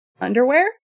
underwear